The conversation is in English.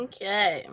Okay